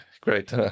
great